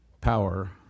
power